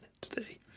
today